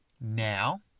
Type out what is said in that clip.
now